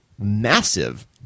massive